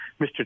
Mr